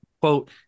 quote